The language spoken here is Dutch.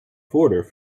voordeur